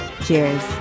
Cheers